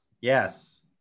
Yes